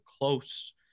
close